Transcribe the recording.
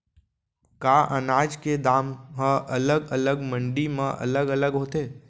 का अनाज के दाम हा अलग अलग मंडी म अलग अलग होथे?